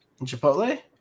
Chipotle